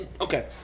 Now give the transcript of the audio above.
Okay